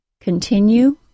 Continue